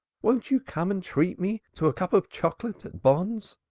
won't you come and treat me to a cup of chocolate at bonn's,